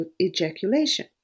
ejaculation